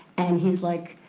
and he's like,